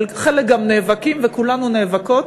חלק גם נאבקים וכולנו נאבקות,